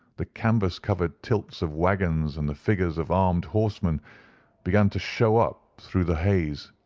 the canvas-covered tilts of waggons and the figures of armed horsemen began to show up through the haze,